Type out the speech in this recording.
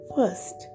First